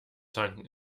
tanken